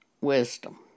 wisdom